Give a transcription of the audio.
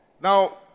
Now